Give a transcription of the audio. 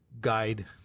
guide